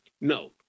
no